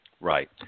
Right